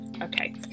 okay